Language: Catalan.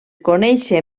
conèixer